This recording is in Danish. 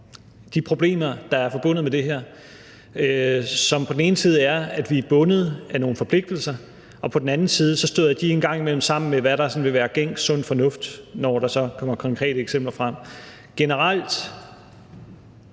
de problemer, der er forbundet med det her, som på den ene side er, at vi er bundet af nogle forpligtelser, og at de en gang imellem på den anden side støder sammen med, hvad der sådan vil være gængs sund fornuft, når der så kommer konkrete eksempler frem. Lad